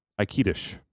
Aikidish